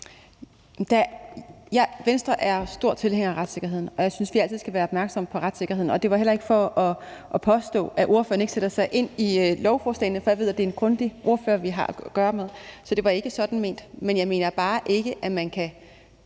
I Venstre er vi store tilhængere af retssikkerheden, og jeg synes, vi altid skal være opmærksomme på retssikkerheden. Det var heller ikke for at påstå, at ordføreren ikke sætter sig ind i lovforslagene, for jeg ved, at det er en grundig ordfører, vi har at gøre med, så det var ikke sådan ment. Men jeg mener bare ikke, at man kun